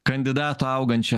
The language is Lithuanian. kandidato augančio